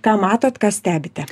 ką matot ką stebite